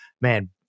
man